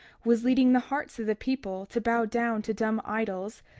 was leading the hearts of the people to bow down to dumb idols,